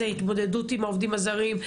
זה התמודדות עם עובדים זרים,